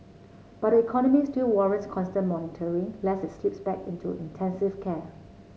but the economy still warrants constant monitoring lest it slip back into intensive care